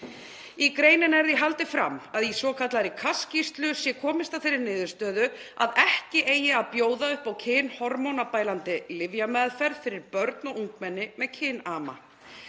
Í greininni er því haldið fram að í svokallaðri Cass-skýrslu sé komist að þeirri niðurstöðu að ekki eigi að bjóða upp á kynhormónabælandi lyfjameðferð fyrir börn og ungmenni með kynama.